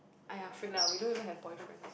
!aiya! freak lah we don't even have boyfriend